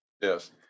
Yes